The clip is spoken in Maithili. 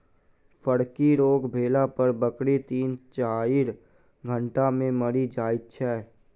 फड़की रोग भेला पर बकरी तीन चाइर घंटा मे मरि जाइत छै